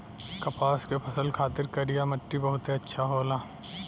कपास के फसल खातिर करिया मट्टी बहुते अच्छा होला